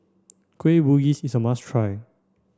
Kueh Bugis is a must try